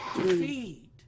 feed